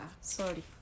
sorry